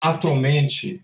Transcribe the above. Atualmente